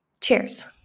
Cheers